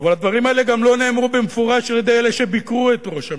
אבל הדברים האלה גם לא נאמרו במפורש על-ידי אלה שביקרו את ראש הממשלה.